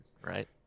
right